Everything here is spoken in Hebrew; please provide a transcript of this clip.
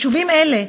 יישובים אלו,